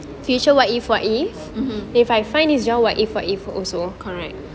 mm correct